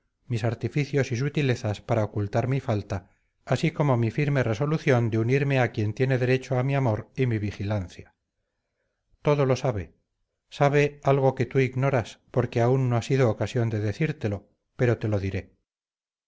mis artificios y sutilezas para ocultar mi falta así como mi firme resolución de unirme a quien tiene derecho a mi amor y mi vigilancia todo lo sabe sabe algo que tú ignoras porque aún no ha sido ocasión de decírtelo pero te lo diré